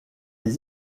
les